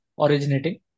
originating